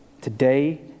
today